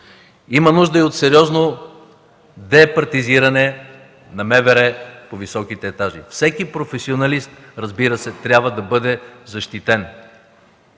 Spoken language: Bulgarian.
Има нужда и от сериозно департизиране на МВР по високите етажи. Всеки професионалист, разбира се, трябва да бъде защитен,